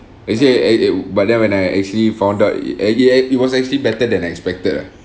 actually eh eh but then when I actually found out it eh it was actually better than expected lah